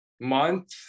month